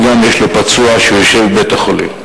וגם יש לו פצוע ששוכב בבית-החולים.